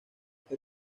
que